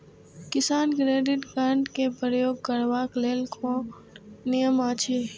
किसान credit card क प्रयोग करबाक लेल कोन नियम अछि?